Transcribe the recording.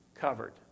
covered